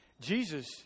Jesus